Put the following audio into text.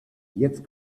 jetzt